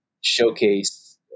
showcase